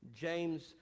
james